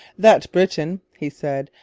that britain he said,